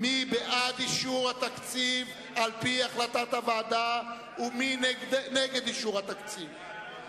מי בעד אישור התקציב על-פי החלטת הוועדה ומי נגד אישור התקציב?